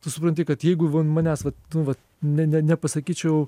tu supranti kad jeigu va manęs vat nu vat ne ne nepasakyčiau